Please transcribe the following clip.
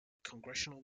congressional